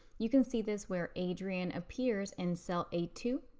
you can see this where adrian appears in cell a two,